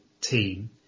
team